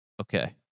Okay